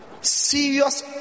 serious